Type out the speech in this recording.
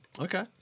Okay